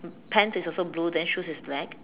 pants is also blue then shoes is black